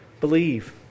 Believe